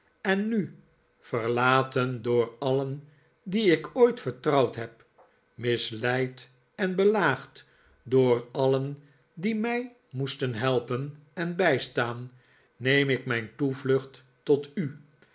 en nu verlaten door alien die ik ooit vertrouwd heb misleid en belaagd door alien die mij moesten help en en bijstaan neem ik mijn toevlucht tot u